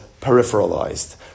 peripheralized